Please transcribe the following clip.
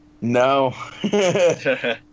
no